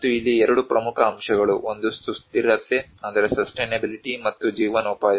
ಮತ್ತು ಇಲ್ಲಿ ಎರಡು ಪ್ರಮುಖ ಅಂಶಗಳು ಒಂದು ಸುಸ್ಥಿರತೆ ಮತ್ತು ಜೀವನೋಪಾಯ